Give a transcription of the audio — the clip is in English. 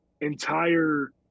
entire